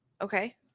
Okay